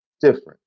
Different